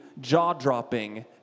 jaw-dropping